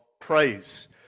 praise